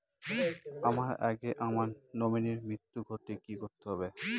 আমার আগে আমার নমিনীর মৃত্যু ঘটলে কি করতে হবে?